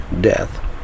death